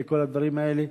וכל הדברים האלה.